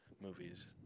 movies